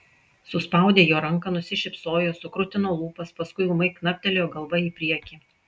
suspaudė jo ranką nusišypsojo sukrutino lūpas paskui ūmai knaptelėjo galva į priekį